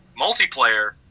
multiplayer